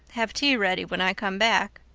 have tea ready when i come back.